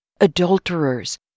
adulterers